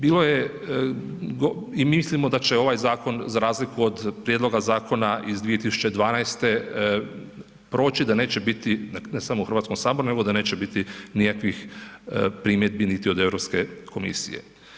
Bilo je i mislimo da će ovaj zakon za razliku od prijedloga zakona iz 2012. proći da neće biti ne samo u Hrvatskom saboru, nego da neće biti nikakvih primjedbi niti od Europske komisije.